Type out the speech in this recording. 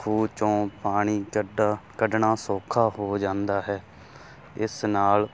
ਖੂਹ 'ਚੋਂ ਪਾਣੀ ਕੱਢ ਕੱਢਣਾ ਸੌਖਾ ਹੋ ਜਾਂਦਾ ਹੈ ਇਸ ਨਾਲ